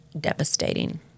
devastating